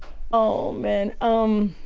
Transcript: oh, man. um